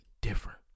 different